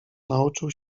nauczył